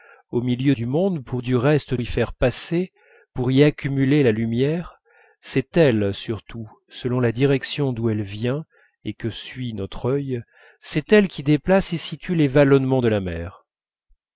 au milieu du monde pour du reste y faire passer pour y accumuler la lumière c'est elle surtout selon la direction d'où elle vient et que suit notre œil c'est elle qui déplace et situe les vallonnements de la mer